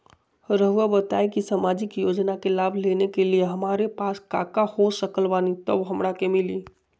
रहुआ बताएं कि सामाजिक योजना के लाभ लेने के लिए हमारे पास काका हो सकल बानी तब हमरा के मिली?